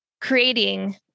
creating